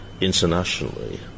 internationally